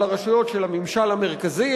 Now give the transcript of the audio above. על הרשויות של הממשל המרכזי,